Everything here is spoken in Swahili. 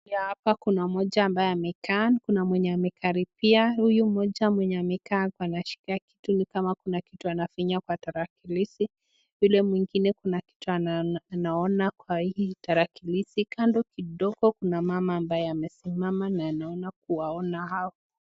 hapa moja ambaye ameka kuna mwenye amekaribia huyu moja mwenye amekaa panashikilia kitu nikama kitu anafinya kwa kitarakilishi huyo mwingine kuna kitu anaona kwahii tarakilishi kando kidogo kuna mama ambaye amesimama na naona kuwaona wao.